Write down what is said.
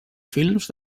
films